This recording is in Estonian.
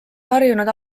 harjunud